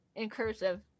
incursive